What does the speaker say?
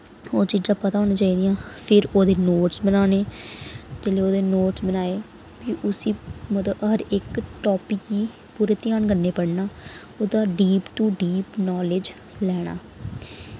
ओ चीजां पता होना चाहिदियां फिर ओह्दे नोट्स बनाने जेल्लै ओह्दे नोट्स बनाए फिर उसी मतलब हर इक टॉपिक गी ध्यान कन्नै पढ़ना ओह्दा डीप टू डीप नालेज लैना